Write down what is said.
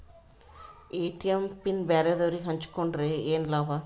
ATM PIN ಬ್ಯಾರೆದವರಗೆ ಹಂಚಿಕೊಂಡರೆ ಏನು ಲಾಭ?